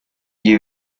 gli